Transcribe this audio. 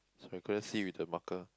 sorry I couldn't see with the marker